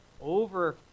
over